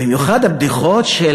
במיוחד הבדיחות של